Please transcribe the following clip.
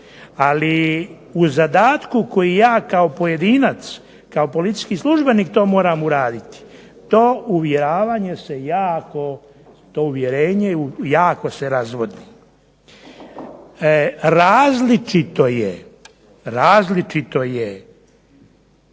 ali u zadatku koji ja kao pojedinac, kao policijski službenik to moram uraditi to uvjeravanje i to uvjerenje jako se razvodni. Različito je kad netko ima